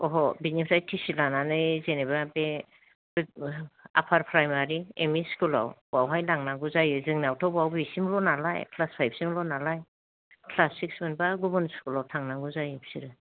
ओंहो बिनिफ्राय ति सि लानानै जेनेबा बे ओ आपार प्राइमारी एम इ स्कुल बेवहाय लांनांगौ जायो जोंनावथ' बेयाव बेसिमल' नालाय क्लास फाइभसिमल' नालाय क्लास सिक्स मोनबा गुबुन स्कुलाव थांनांगौ जायो बिसोरो